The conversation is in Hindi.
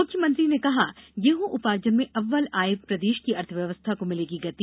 मुख्यमंत्री ने कहा गेहूं उपार्जन में अव्वल आये प्रदेश की अर्थव्यवस्था को मिलेगी गति